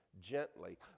gently